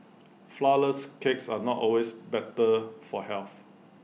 Flourless Cakes are not always better for health